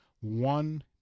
one